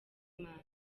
imanzi